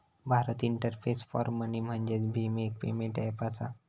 Bharat interface for money म्हणजेच भीम, एक पेमेंट ऐप असा